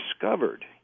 discovered